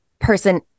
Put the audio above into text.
person